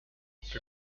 für